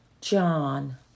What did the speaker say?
John